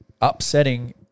upsetting